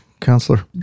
counselor